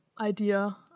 idea